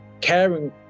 caring